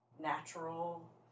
natural